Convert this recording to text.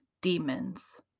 demons